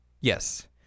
Yes